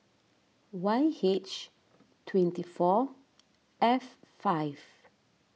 Y H twenty four F five